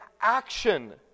action